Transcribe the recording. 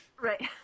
Right